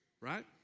Right